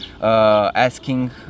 asking